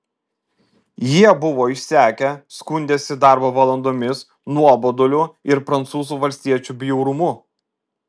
jie buvo išsekę skundėsi darbo valandomis nuoboduliu ir prancūzų valstiečių bjaurumu